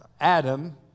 Adam